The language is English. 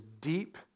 deep